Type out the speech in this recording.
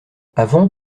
avant